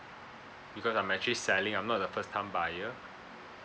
because I'm actually selling I'm not a first time buyer